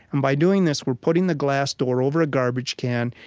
and by doing this, we're putting the glass door over a garbage can.